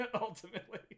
Ultimately